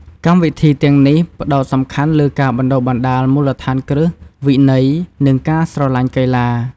កម្មវិធីទាំងនេះផ្តោតសំខាន់លើការបណ្តុះបណ្តាលមូលដ្ឋានគ្រឹះ វិន័យ និងការស្រឡាញ់កីឡា។